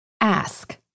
ask